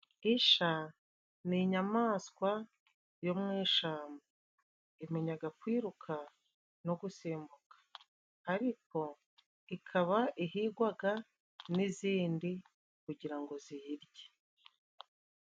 Isha ni inyamaswa yo mu ishamba imenyaga kwiruka no gusimbuka. Ariko ikaba ihigwaga n'izindi kugira ngo ziyirye.